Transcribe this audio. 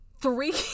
three